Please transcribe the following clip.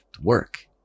work